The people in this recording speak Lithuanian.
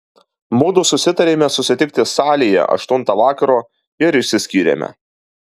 mudu susitarėme susitikti salėje aštuntą vakaro ir išsiskyrėme